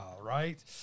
right